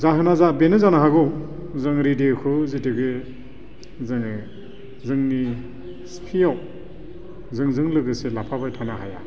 जाहोना बेनो जानो हागौ जों रेदिय'खौ गथिखे जोङो जोंनि सिफियाव जोंजों लोगोसे लाफाबाय थानो हाया